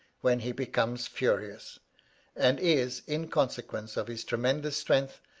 when he becomes furious and is, in consequence of his tremendous strength,